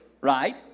Right